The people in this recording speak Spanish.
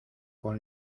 con